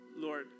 Lord